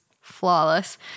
flawless